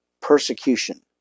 persecution